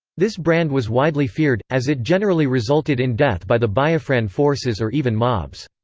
this brand was widely feared, as it generally resulted in death by the biafran forces or even mobs.